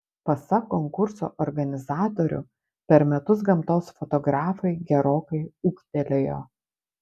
pasak konkurso organizatorių per metus gamtos fotografai gerokai ūgtelėjo